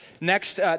next